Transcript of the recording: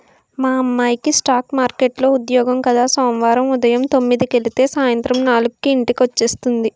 మా అమ్మాయికి స్ఠాక్ మార్కెట్లో ఉద్యోగం కద సోమవారం ఉదయం తొమ్మిదికెలితే సాయంత్రం నాలుక్కి ఇంటికి వచ్చేస్తుంది